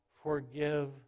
Forgive